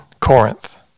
Corinth